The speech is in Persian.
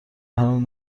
هنوز